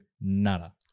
nada